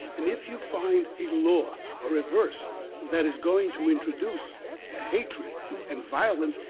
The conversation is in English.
and if you find a law or a verse that is going to introduce a hatred and violence,